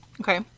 Okay